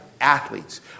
athletes